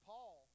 Paul